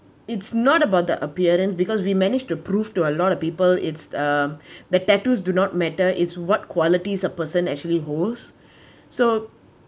it's not about the appearance because we managed to prove to a lot of people it's uh the tattoos do not matter is what qualities a person actually hosts so